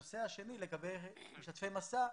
לגבי חניכי מסע.